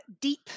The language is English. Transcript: deep